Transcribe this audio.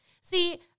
See